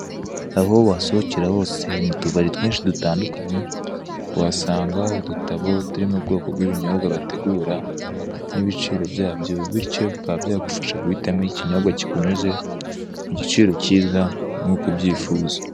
Aho wasohokera hose mu tubari twinshi dutandukanye, uhasanga udutabo turi mu bwoko bw'ibinyobwa bategura n'ibiciro byabyo bityo, bikaba byagufasha guhitamo ikinyobwa kikunyuze, kugiciro kiza nk'uko ubyifuza.